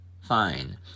fine